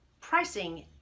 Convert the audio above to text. pricing